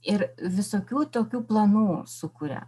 ir visokių tokių planų sukuria